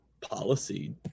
policy